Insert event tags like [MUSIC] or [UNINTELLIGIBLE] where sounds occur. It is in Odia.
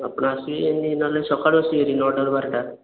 ଆପଣ ଆସିବେ [UNINTELLIGIBLE] ନ ହେଲେ ସକାଳୁ ଆସିବେହେରି [UNINTELLIGIBLE] ନଅଟାରୁ ବାରଟା